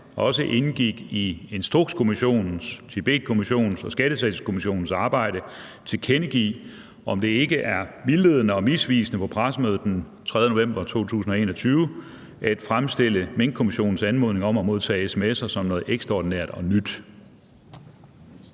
også indgik i Instrukskommissionens, Tibetkommissionens og Skattesagskommissionens arbejde – tilkendegive, om det ikke er vildledende og misvisende på pressemødet den 3. november 2021 at fremstille Minkkommissionens anmodning om at modtage sms’er som noget ekstraordinært og nyt?